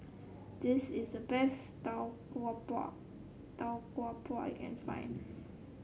this is the best Tau Kwa Pau Tau Kwa Pau I can find